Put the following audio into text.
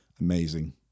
Amazing